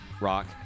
Rock